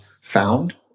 found